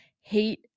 hate